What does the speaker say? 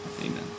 Amen